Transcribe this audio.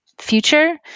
Future